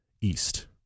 east